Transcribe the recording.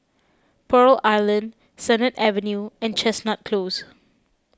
Pearl Island Sennett Avenue and Chestnut Close